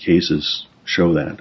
jesus show tha